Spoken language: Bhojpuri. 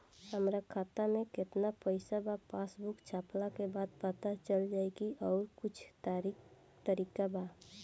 हमरा खाता में केतना पइसा बा पासबुक छपला के बाद पता चल जाई कि आउर कुछ तरिका बा?